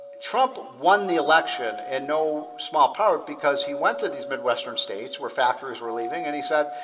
trump won the election in no small power because he went to these midwestern states where factories were leaving and he said,